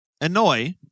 annoy